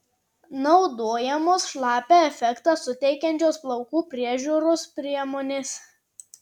naudojamos šlapią efektą suteikiančios plaukų priežiūros priemonės